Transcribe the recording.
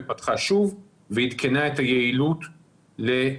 היא פתחה שוב ועדכנה את היעילות ל-95%,